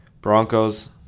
Broncos